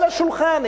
על השולחן,